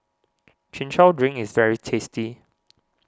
Chin Chow Drink is very tasty